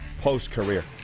post-career